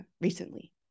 recently